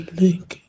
link